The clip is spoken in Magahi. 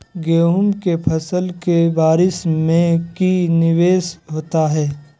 गेंहू के फ़सल के बारिस में की निवेस होता है?